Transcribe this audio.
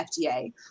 fda